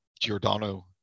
Giordano